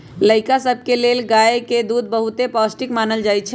लइका सभके लेल गाय के दूध बहुते पौष्टिक मानल जाइ छइ